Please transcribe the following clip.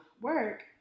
work